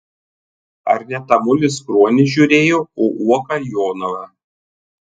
ar ne tamulis kruonį žiūrėjo o uoka jonavą